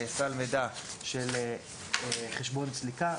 סל מידע של חשבון סליקה,